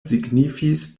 signifis